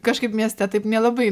kažkaip mieste taip nelabai